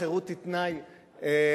חירות היא תנאי להצלחה,